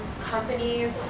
companies